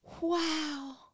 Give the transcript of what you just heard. wow